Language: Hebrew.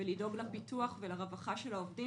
ולדאוג לפיתוח ולרווחה של העובדים.